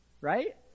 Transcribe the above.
right